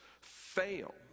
fail